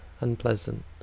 unpleasant